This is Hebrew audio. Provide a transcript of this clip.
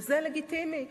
וזה לגיטימי.